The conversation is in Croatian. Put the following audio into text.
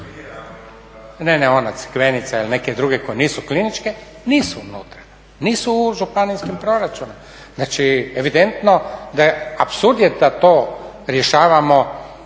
Ne, ne ona Crikvenica ili neke druge koje nisu kliničke nisu unutra, nisu u županijskim proračunima. Znači evidentno da, apsurd je da to rješavamo